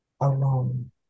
alone